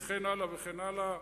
וכן הלאה וכן הלאה,